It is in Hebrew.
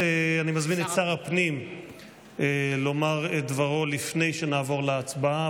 אני מזמין את שר הפנים לומר את דברו לפני שנעבור להצבעה.